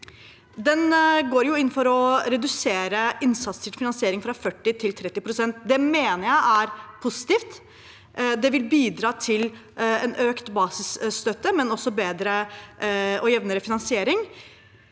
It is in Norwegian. Den går inn for å redusere innsatsstyrt finansiering fra 40 pst. til 30 pst. Det mener jeg er positivt. Det vil bidra til økt basisstøtte og også bedre og jevnere finansiering.